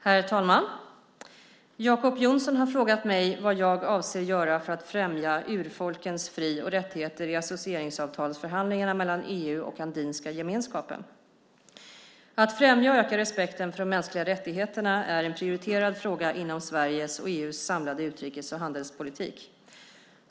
Herr talman! Jacob Johnson har frågat mig vad jag avser att göra för att främja urfolkens fri och rättigheter i associeringsavtalsförhandlingarna mellan EU och Andinska gemenskapen. Att främja och öka respekten för de mänskliga rättigheterna är en prioriterad fråga inom Sveriges och EU:s samlade utrikes och handelspolitik.